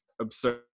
absurd